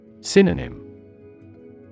Synonym